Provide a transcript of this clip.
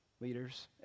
leaders